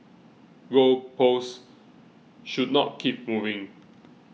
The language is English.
goal posts should not keep moving